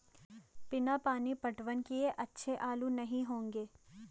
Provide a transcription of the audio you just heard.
बिना पानी पटवन किए अच्छे आलू नही होंगे